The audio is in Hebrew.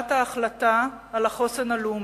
והשפעת ההחלטה על החוסן הלאומי.